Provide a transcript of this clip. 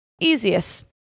easiest